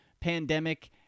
pandemic